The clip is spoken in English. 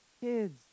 kids